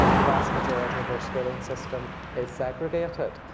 the vast majority of our schooling system is segregated.